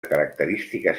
característiques